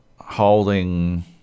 Holding